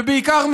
ובעיקר,